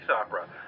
opera